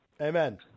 Amen